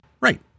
Right